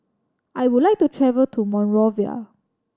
I would like to travel to Monrovia